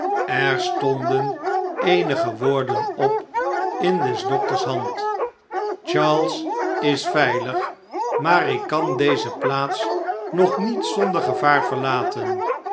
er stonden eenige woorden op in des dokters hand charles is veilig maar ik kan deze plaats nog niet zonder gevaar verlaten